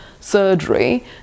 surgery